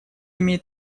имеет